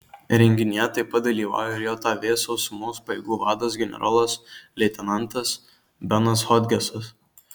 renginyje taip pat dalyvauja ir jav sausumos pajėgų vadas generolas leitenantas benas hodgesas